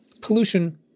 Pollution